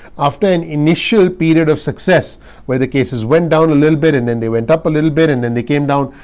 after an initial period of success where the cases went down a little bit and then they went up a little bit and then they came down.